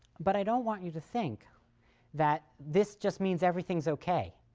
but, i don't want you to think that this just means everything's okay.